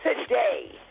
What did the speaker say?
today